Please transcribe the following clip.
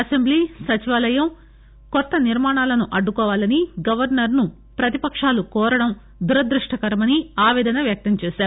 assembly సచివాలయం కొత్త నిర్మాణాలను అడ్డుకోవాలని గవర్సర్ ను ప్రతిపకాలు కోరడం దురదృష్టకరమని ఆవేదన వ్యక్తం చేశారు